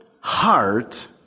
heart